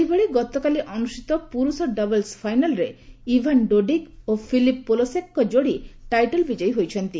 ସେହିଭଳି ଗତକାଲି ଅନୁଷ୍ଠିତ ପୁରୁଷ ଡବଲ୍ସ୍ ଫାଇନାଲରେ ଇଭାନ୍ ଡୋଡିଗ୍ ଓ ଫିଲିପ୍ ପୋଲାସେକ୍ଙ୍କ ଯୋଡି ଟାଇଟଲ୍ ବିଜୟୀ ହୋଇଛନ୍ତି